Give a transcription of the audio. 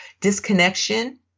disconnection